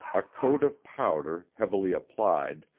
a coat of powder, heavily applied,